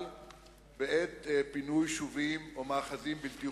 בעת פינוי יישובים או מאחזים בלתי חוקיים.